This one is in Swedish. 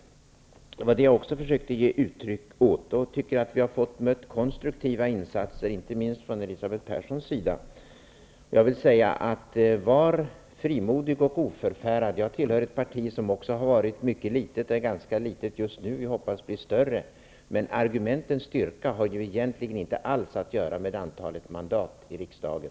Denna glädje försökte jag också ge uttryck för. Jag tycker att vi har mött konstruktiva insatser, inte minst från Var frimodig och oförfärad! Jag tillhör ett parti som också har varit mycket litet och som just nu är ganska litet -- men vi hoppas att det blir större. Argumentens styrka har dock egentligen inte alls att göra med antalet mandat i riksdagen.